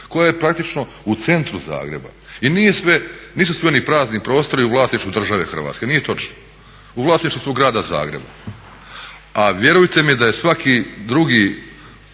koja je praktično u centru Zagreba i nisu sve ni prazni prostori u vlasništvu države Hrvatske. Nije točno, u vlasništvu su grada Zagreba. A vjerujte mi da je svaki drugi